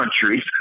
countries